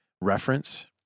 reference